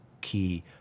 key